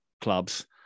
clubs –